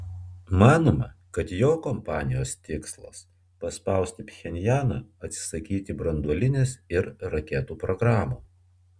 manoma kad jo kampanijos tikslas paspausti pchenjaną atsisakyti branduolinės ir raketų programų